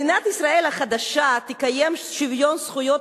מדינת ישראל החדשה תקיים שוויון זכויות